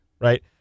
right